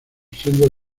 sendos